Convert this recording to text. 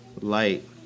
light